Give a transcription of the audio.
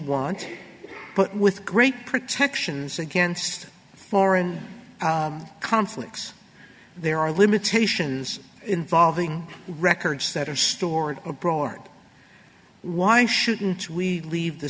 want but with great protections against foreign conflicts there are limitations involving records that are stored abroad why shouldn't we leave the